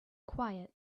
quiet